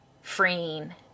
freeing